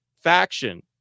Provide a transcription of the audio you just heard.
faction